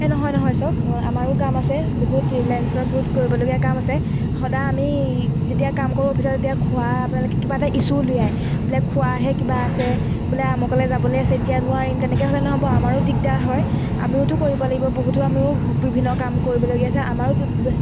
এই নহয় নহয় চাওক আমাৰো কাম আছে বহুত লেণ্ড ফোনত বহুত কৰিবলগীয়া কাম আছে সদায় আমি যেতিয়া কাম কৰোঁ অফিচত তেতিয়া খোৱাৰ আপোনালোকে কিবা এটা ইছ্যু উলিয়ায় বোলে খোৱাৰহে কিবা আছে বোলে আমুকলৈ যাবলৈ আছে এতিয়া নোৱাৰিম তেনেকৈ হ'লে নহ'ব আমাৰো দিগদাৰ হয় আমিওতো কৰিব লাগিব বহুতো আমিও বিভিন্ন কাম কৰিবলগীয়া আছে আমাৰো